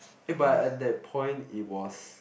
eh but at that point it was